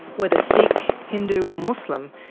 whether sikh, hindu, or muslim,